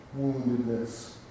woundedness